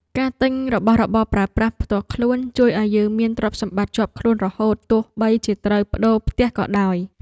ការទិញរបស់របរប្រើប្រាស់ផ្ទាល់ខ្លួនជួយឱ្យយើងមានទ្រព្យសម្បត្តិជាប់ខ្លួនរហូតទោះបីជាត្រូវប្ដូរផ្ទះក៏ដោយ។